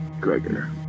gregor